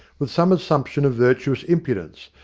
with some assumption of virtuous impudence,